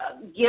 give